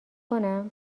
کنم